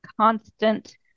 constant